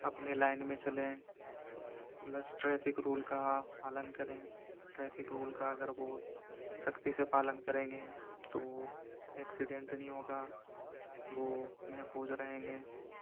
اپنے لائن میں چلیں پلس ٹریفک رول کا پالن کریں ٹریفک رول کا اگر وہ سختی سے پالن کریں گے تو ایکسیڈنٹ نہیں ہوگا وہ محفوظ رہیں گے